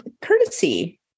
courtesy